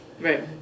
Right